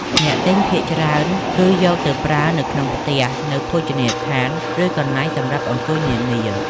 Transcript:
អ្នកទិញភាគច្រើនគឺយកទៅប្រើនៅក្នុងផ្ទះ នៅភោជនីយដ្ឋាន ឬកន្លែងសម្រាប់អង្គុយនានា។